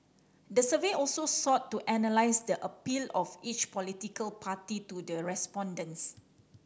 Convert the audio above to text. the survey also sought to analyse the appeal of each political party to the respondents